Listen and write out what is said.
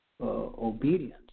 obedience